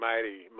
Mighty